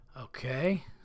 Okay